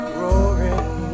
roaring